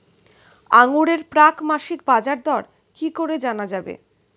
আঙ্গুরের প্রাক মাসিক বাজারদর কি করে জানা যাবে?